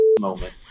moment